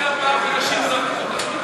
אנחנו ממשיכים.